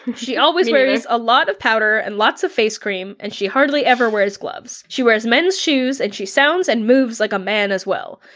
she always wears a lot of powder and lots of face cream, and she hardly ever wears gloves. she wears men's shoes and she sounds and moves like a man as well.